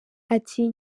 ati